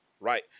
right